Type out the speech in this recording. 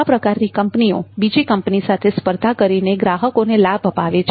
આ પ્રકારની કંપનીઓ બીજી કંપની સાથે સ્પર્ધા કરીને ગ્રાહકોને લાભ અપાવે છે